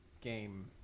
game